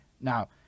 now